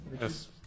Yes